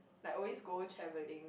like always go travelling